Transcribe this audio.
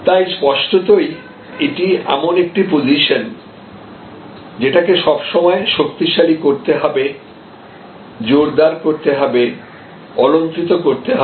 তাই স্পষ্টতই এটি এমন একটি পজিশন যেটাকে সব সময় শক্তিশালী করতে হবে জোরদার করতে হবে অলংকৃত করতে হবে